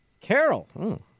Carol